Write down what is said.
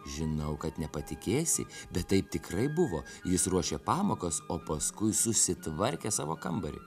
žinau kad nepatikėsi bet taip tikrai buvo jis ruošė pamokas o paskui susitvarkė savo kambarį